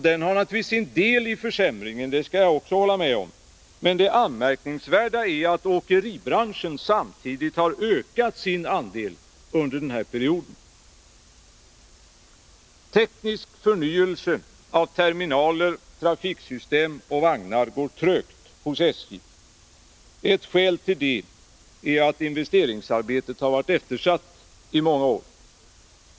Den har naturligtvis sin del i försämringen — det kan jag hålla med om. Men det anmärkningsvärda är att åkeribranschen under samma period har ökat sin andel. Teknisk förnyelse av terminaler, trafiksystem och vagnar går trögt hos SJ. Ett skäl till det är att investeringsarbetet har varit eftersatt i många år.